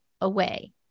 away